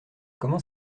comment